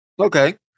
Okay